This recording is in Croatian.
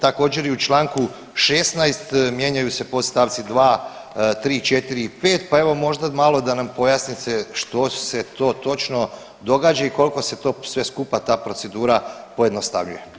Također i u čl. 16. mijenjaju se podstavci 2, 3, 4 i 5, pa evo možda malo da nam pojasnite što se to točno događa i koliko se to sve skupa ta procedura pojednostavljuje.